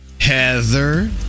Heather